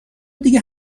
دیگه